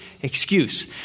excuse